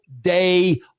day